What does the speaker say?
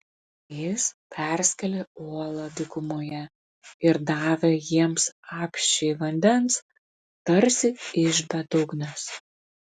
jis perskėlė uolą dykumoje ir davė jiems apsčiai vandens tarsi iš bedugnės